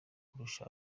kurusha